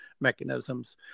mechanisms